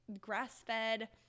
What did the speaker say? grass-fed